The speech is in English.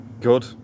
Good